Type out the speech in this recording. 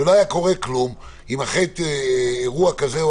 ולא היה קורה כלום אחרי אירוע כזה או